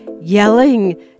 yelling